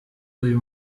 uyu